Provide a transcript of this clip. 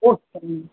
okay ma'am